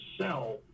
sell